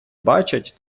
бачать